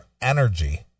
energy